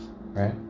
right